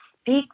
speak